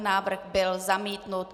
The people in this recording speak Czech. Návrh byl zamítnut.